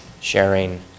sharing